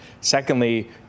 Secondly